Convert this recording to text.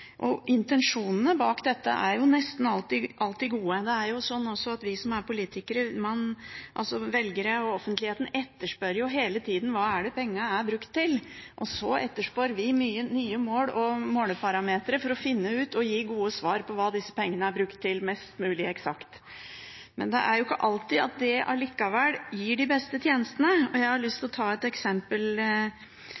Intensjonene bak dette er nesten alltid gode. Velgere og offentligheten etterspør hele tiden: Hva er pengene blitt brukt til? Så etterspør vi nye mål og måleparametere for å finne ut – og gi gode svar på – hva disse pengene er brukt til, mest mulig eksakt. Det er ikke alltid at dette allikevel gir de beste tjenestene. Jeg har lyst